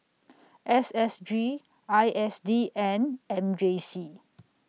S S G I S D and M J C